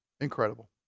Incredible